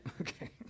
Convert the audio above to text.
Okay